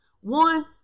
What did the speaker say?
One